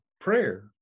prayer